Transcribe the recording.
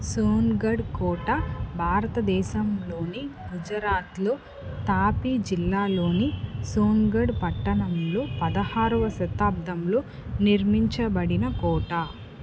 సోన్గఢ్ కోట భారతదేశంలోని గుజరాత్లో తాపీ జిల్లాలోని సొన్గఢ్ పట్టణంలో పదహారవ శతాబ్దంలో నిర్మించబడిన కోట